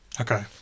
Okay